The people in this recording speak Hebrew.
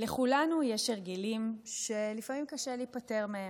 לכולנו יש הרגלים שקשה לנו להיפטר מהם.